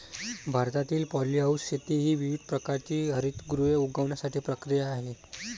भारतातील पॉलीहाऊस शेती ही विविध प्रकारची हरितगृहे उगवण्याची प्रक्रिया आहे